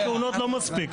שתי כהונות לא מספיקות לו.